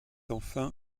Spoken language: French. enfin